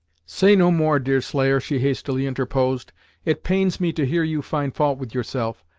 say no more, deerslayer, she hastily interposed it pains me to hear you find fault with yourself.